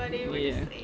ya